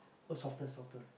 oh softer softer